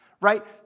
right